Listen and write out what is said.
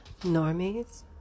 Normies